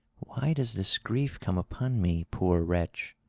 why does this grief come upon me, poor wretch?